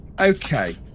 Okay